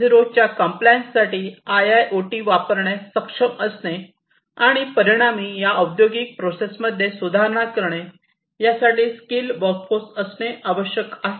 0 च्या कंप्लेंयन्ससाठी आयआयओटी वापरण्यास सक्षम असणे आणि परिणामी या औद्योगिक प्रोसेसमध्ये सुधारणा करणे यासाठी स्कील वर्क फोर्स असणे आवश्यक आहे